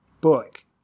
book